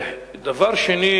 דבר שני